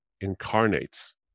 incarnates